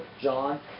John